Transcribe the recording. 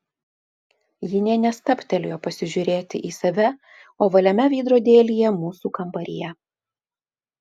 ji nė nestabtelėjo pasižiūrėti į save ovaliame veidrodėlyje mūsų kambaryje